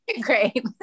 Great